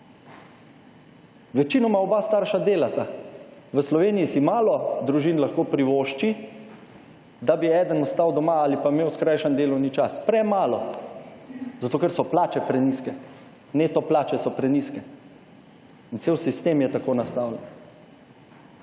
Večinoma oba starša delata. V Sloveniji si malo družin lahko privošči, da bi eden ostal doma ali pa imel skrajšan delovni čas. Premalo. Zato, ker so plače prenizke. Neto plače so prenizke. In cel sistem je tako nastavljen.